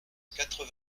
quatre